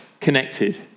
connected